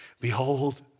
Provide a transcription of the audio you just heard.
Behold